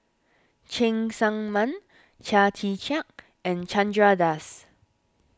Cheng Tsang Man Chia Tee Chiak and Chandra Das